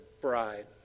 bride